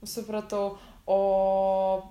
supratau o